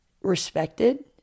respected